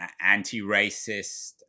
anti-racist